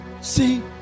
see